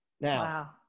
Now